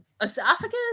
esophagus